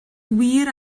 wir